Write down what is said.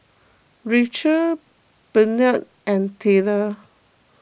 Rachael Bennett and Tyler